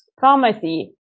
pharmacy